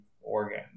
organ